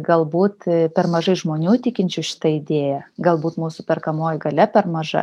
galbūt per mažai žmonių tikinčių šita idėja galbūt mūsų perkamoji galia per maža